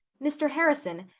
mr. harrison,